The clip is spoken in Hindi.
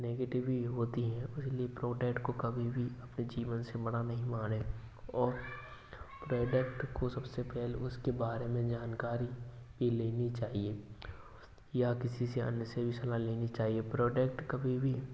नेगेटिव भी होती है इसलिए प्रोडक्ट को कभी भी अपने जीवन से बड़ा नहीं माने और प्रोडक्ट को सबसे पहले उसके बारे में जानकारी भी लेनी चाहिए या किसी से अन्य से भी सलाह लेनी चाहिए प्रोडक्ट कभी भी